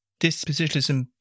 dispositionalism